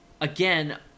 Again